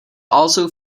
also